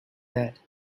that